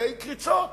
לגבי קריצות,